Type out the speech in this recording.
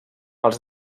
els